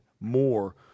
more